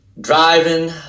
driving